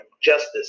justice